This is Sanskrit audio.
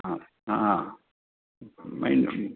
अ हा मैसूरु